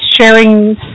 sharing